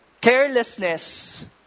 Carelessness